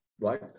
right